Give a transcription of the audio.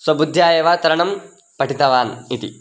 स्वबुद्ध्या एव तरणं पठितवान् इति